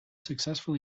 successful